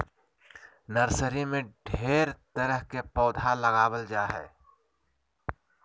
nursery में ढेर तरह के पौधा लगाबल जा हइ